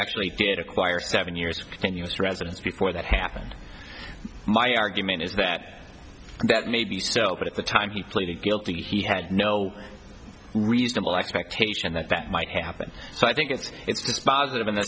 actually did acquire seven years can use residence before that happened my argument is that that may be so but at the time he pleaded guilty he had no reasonable expectation that that might happen so i think it's it's dispositive in the